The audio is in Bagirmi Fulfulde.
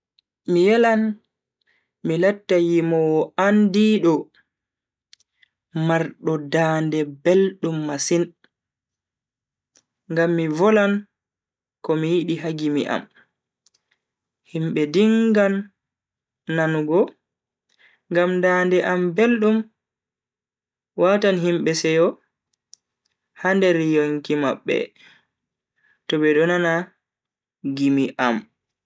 Mi yelan mi latta yimoowo andiido, mardo dande beldum masin ngam mi volan komi yidi ha gimi am, himbe dingan nanugo ngam dande am beldum watan himbe seyo ha nder yonki mabbe to be do nana gimi am.